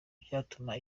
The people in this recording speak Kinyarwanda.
byatuma